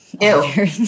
Ew